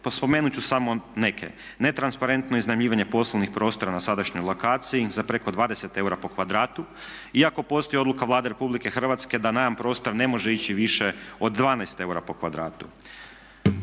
Spomenut ću samo neke. Netransparentno iznajmljivanje poslovnih prostora na sadašnjoj lokaciji za preko 20 eura po kvadratu iako postoji odluka Vlade RH da najam prostora ne može ići više od 12 eura po kvadratu.